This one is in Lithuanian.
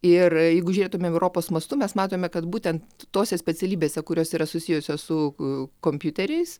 ir jeigu žiūrėtumėm europos mastu mes matome kad būtent tose specialybėse kurios yra susijusios su kompiuteriais